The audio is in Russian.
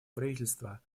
правительства